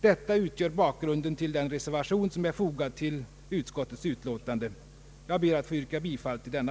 Detia utgör bakgrunden till den reservation som är fogad till utskottets utlåtande. Jag ber att få yrka bifall till denna.